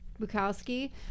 Bukowski